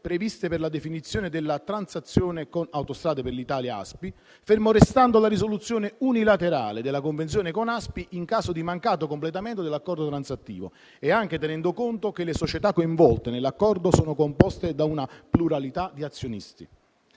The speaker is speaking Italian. previste per la definizione della transazione con Autostrade per l'Italia (ASPI), fermo restando la risoluzione unilaterale della convenzione con ASPI in caso di mancato completamento dell'accordo transattivo, anche tenendo conto che le società coinvolte nell'accordo sono composte da una pluralità di azionisti;